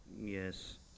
yes